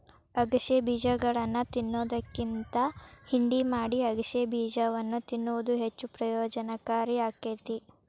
ಅಗಸೆ ಬೇಜಗಳನ್ನಾ ತಿನ್ನೋದ್ಕಿಂತ ಹಿಂಡಿ ಮಾಡಿ ಅಗಸೆಬೇಜವನ್ನು ತಿನ್ನುವುದು ಹೆಚ್ಚು ಪ್ರಯೋಜನಕಾರಿ ಆಕ್ಕೆತಿ